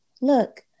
Look